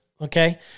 okay